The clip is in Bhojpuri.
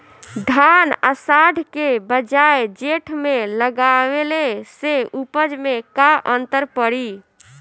धान आषाढ़ के बजाय जेठ में लगावले से उपज में का अन्तर पड़ी?